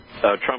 Trump